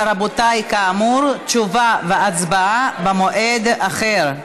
רבותיי, כאמור, תשובה והצבעה במועד אחר.